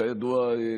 כידוע,